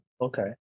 Okay